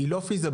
אין לה היתכנות,